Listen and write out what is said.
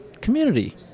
community